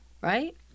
right